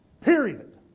Period